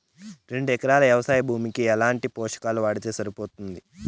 రెండు ఎకరాలు వ్వవసాయ భూమికి ఎట్లాంటి పోషకాలు వాడితే సరిపోతుంది?